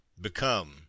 become